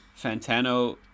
Fantano